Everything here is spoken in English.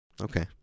okay